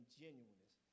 genuineness